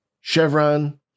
chevron